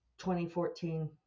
2014